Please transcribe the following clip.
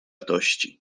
tości